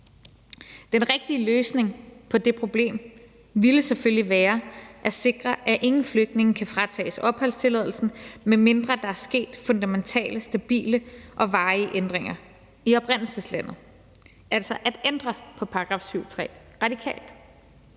Den rigtige løsning på det problem ville selvfølgelig være at sikre, at ingen flygtninge kan fratages opholdstilladelsen, medmindre der er sket fundamentale, stabile og varige ændringer i oprindelseslandet, altså at ændre på § 7, stk. 3, radikalt.